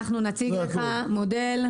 אנחנו נציג לך מודל.